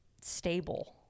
stable